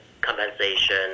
compensation